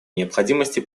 необходимости